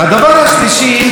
הדבר השלישי,